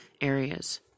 areas